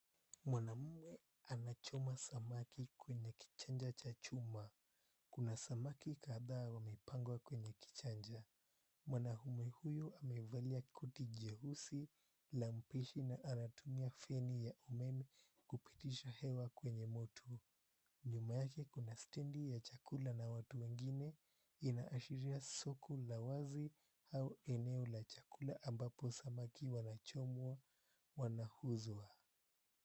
Mwanaume anachoma samaki kwenye kichanja cha chuma. Kuna samaki kadhaa wamepangwa kwenye kichanja. Mwanaume huyo amevalia koti jeusi la mpishi na anatumia feni ya umeme kupitisha hewa kwenye moto. Nyuma yake kuna stendi ya chakula na watu wengine. Inaashiria soko la wazi au eneo la chakula ambapo samaki wanachomwa wanauzwa.